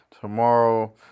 tomorrow